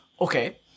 okay